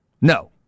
No